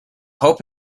hope